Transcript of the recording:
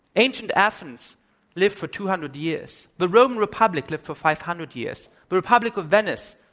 ancient athens lived for two hundred years. the roman republic lived for five hundred years. the republic of venice